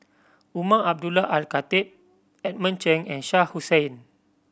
Umar Abdullah Al Khatib Edmund Cheng and Shah Hussain